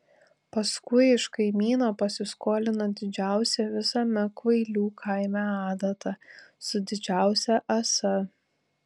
paskui iš kaimyno pasiskolino didžiausią visame kvailių kaime adatą su didžiausia ąsa